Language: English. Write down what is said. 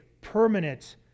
permanent